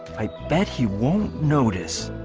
i? bet he won't notice